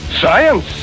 Science